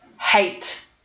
hate